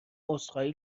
عذرخواهی